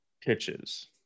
pitches